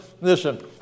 listen